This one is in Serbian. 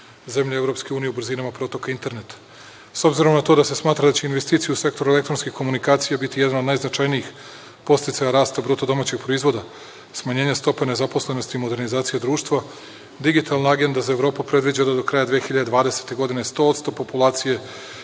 zemlje EU u brzinama protoka interneta. S obzirom na to se smatra da će investicija u sektoru elektronske komunikacije biti jedan od najznačajnijih podsticaja rasta BDP, smanjenje stope nezaposlenosti, modernizaciju društva, digitalna agenda za Evropu predviđa da do kraja 2020. godine sto od sto populacije